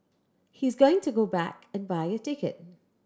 he's going to go back and buy a ticket